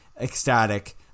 ecstatic